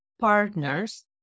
partners